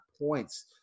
points